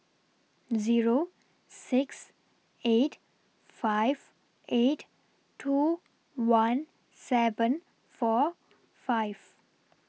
Zero six eight five eight two one seven four five